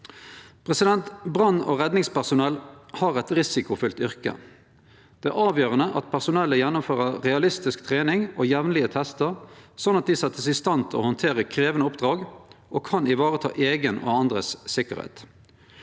Brann- og redningspersonell har eit risikofylt yrke. Det er avgjerande at personellet gjennomfører realistisk trening og jamlege testar, slik at dei vert sette i stand til å handtere krevjande oppdrag og kan vareta eiga og andres sikkerheit.